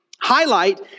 highlight